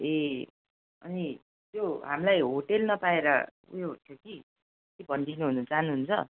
ए अनि त्यो हामीलाई होटेल नपाएर उयो थियो कि के भनिदिनु चाहनु हुन्छ